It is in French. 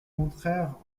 contraire